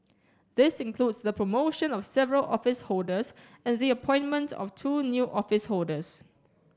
this includes the promotion of several office holders and the appointment of two new office holders